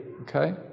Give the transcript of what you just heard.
Okay